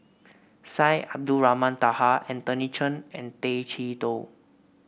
Syed Abdulrahman Taha Anthony Chen and Tay Chee Toh